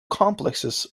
complexes